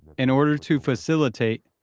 in order to facilitate,